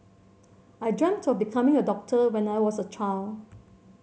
I dreamt of becoming a doctor when I was a child